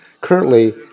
currently